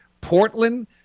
Portland